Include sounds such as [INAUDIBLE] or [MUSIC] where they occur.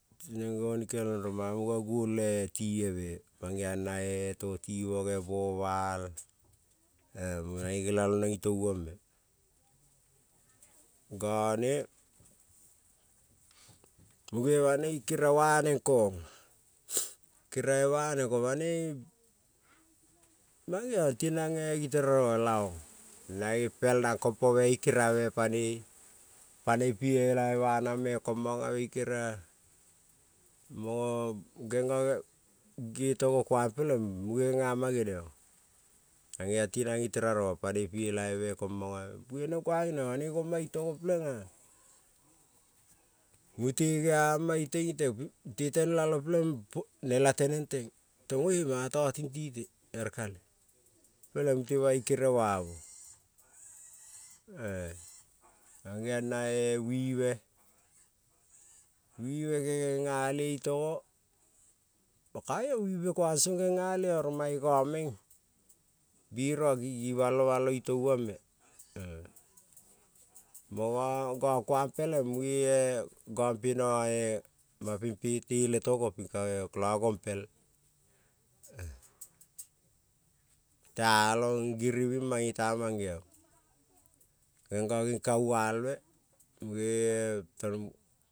Na tinen gonikel nen rong munga nuon me te tibe to ti bogo mo bai e nongo nelalonen i towombwe gone mune banoi ti keriabe ba nenkon [NOISE] keriabe banen, mangeon tinen niteraro no laong nane pelna i keriabe panoi pi elabe ba nang me komonobi i keria mo gengo ging togo kuan pelen munge genia ma genion, mangeon nanan ni terarono ta genion mune banoi ima i keriabe me pelen mute geama ite ite tenete nelalo pelen te to mana totiti ere kale peleng kale peleng mute bai i keria wamo [NOISE] [HESITATION] e mangeon na wive genia ile itogo kaion wive kuason genia lie mange nomen ni balobalo ito wombe e monokun pelen go piene e ma ping pete le togo ko lo gompel, tealon giribin mangeon neno ning kaualbe.